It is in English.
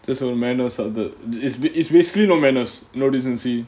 no manners அது:athu it's basically no manners no decency